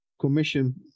commission